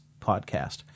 podcast